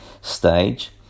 stage